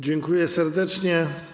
Dziękuję serdecznie.